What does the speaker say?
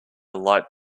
light